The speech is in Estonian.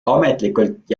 ametlikult